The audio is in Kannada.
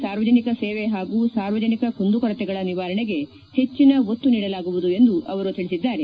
ಸಾರ್ವಜನಿಕ ಸೇವೆ ಹಾಗೂ ಸಾರ್ವಜನಿಕ ಕುಂದುಕೊರತೆಗಳ ನಿವಾರಣೆಗೆ ಹೆಚ್ಚಿನ ಒತ್ತು ನೀಡಲಾಗುವುದು ಎಂದು ಅವರು ಹೇಳಿದ್ದಾರೆ